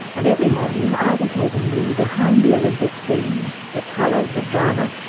and every morning, i'll be taking you behind the olympic scenes the colour, the drama,